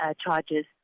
charges